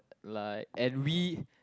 like envy